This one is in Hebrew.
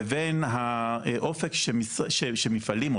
לבין האופק שמפעלים,